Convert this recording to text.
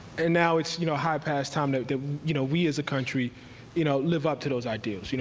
and now it's you know high past time that you know we as a country you know live up to those ideals, you know